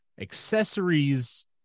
accessories